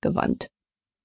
gewandt